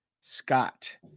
Scott